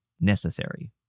necessary